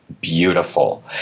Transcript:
beautiful